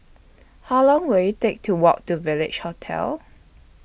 How Long Will IT Take to Walk to Village Hotel